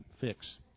fix